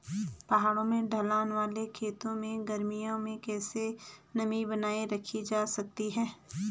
पहाड़ों में ढलान वाले खेतों में गर्मियों में कैसे नमी बनायी रखी जा सकती है?